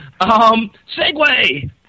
Segway